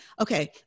okay